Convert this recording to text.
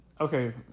Okay